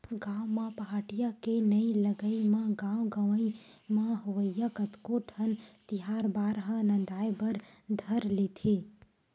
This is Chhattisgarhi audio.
गाँव म पहाटिया के नइ लगई म गाँव गंवई म होवइया कतको ठन तिहार बार ह नंदाय बर धर लेथे